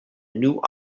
new